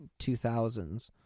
2000s